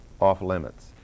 off-limits